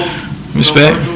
respect